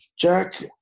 Jack